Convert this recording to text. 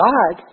God